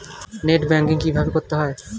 Net banking কীভাবে করতে হয়?